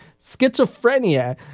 schizophrenia